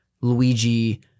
Luigi